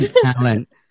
talent